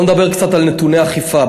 בואו נדבר קצת על נתוני אכיפה.